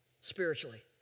spiritually